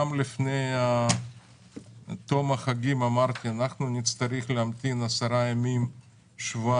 גם לפני תום החגים אמרתי שאנחנו נצטרך להמתין עשרה ימים-שבועיים